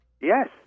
Yes